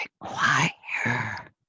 require